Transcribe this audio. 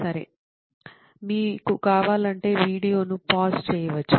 సరే మీకు కావాలంటే వీడియోను పాజ్ చేయవచ్చు